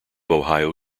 ohio